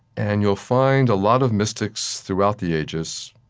and you'll find a lot of mystics throughout the ages,